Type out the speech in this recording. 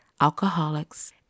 alcoholics